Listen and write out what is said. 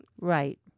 Right